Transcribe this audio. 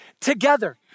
together